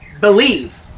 believe